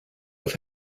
have